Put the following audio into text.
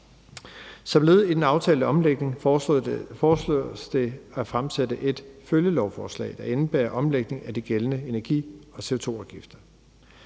Som led i den aftalte omlægning foreslås det at fremsætte et følgelovforslag, der indebærer omlægning af de gældende energi- og CO2-afgifter.